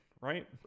right